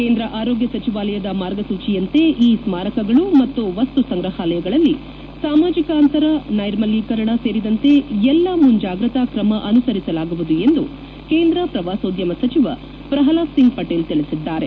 ಕೇಂದ್ರ ಆರೋಗ್ಯ ಸಚಿವಾಲಯದ ಮಾರ್ಗಸೂಚಿಯಂತೆ ಈ ಸ್ತಾರಕಗಳು ಮತ್ತು ವಸ್ತು ಸಂಗ್ರಹಾಲಯಗಳಲ್ಲಿ ಸಾಮಾಜಿಕ ಅಂತರ ನೈರ್ಮಲ್ಜೀಕರಣ ಸೇರಿದಂತೆ ಎಲ್ಲ ಮುಂಜಾಗ್ರತಾ ಕ್ರಮ ಅನುಸರಿಸಲಾಗುವುದು ಎಂದು ಕೇಂದ್ರ ಪ್ರವಾಸೋದ್ಯಮ ಸಚಿವ ಪ್ರಲ್ವಾದ್ ಸಿಂಗ್ ಪಟೇಲ್ ತಿಳಿಸಿದ್ದಾರೆ